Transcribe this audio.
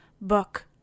Book